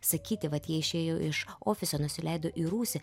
sakyti vat tie išėjo iš ofiso nusileido į rūsį